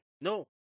no